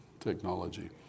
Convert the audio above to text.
technology